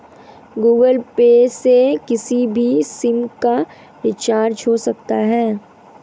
Google Pay से किसी भी सिम का रिचार्ज हो सकता है